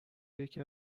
یکی